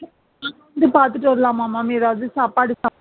நாங்கள் வந்து பார்த்துட்டு வரலாமா மேம் ஏதாவது சாப்பாடு சாப்